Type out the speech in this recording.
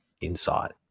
insight